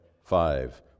five